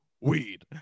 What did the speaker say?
weed